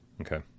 Okay